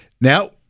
Now